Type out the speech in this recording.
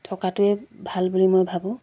থকাটোৱে ভাল বুলি মই ভাবোঁ